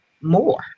more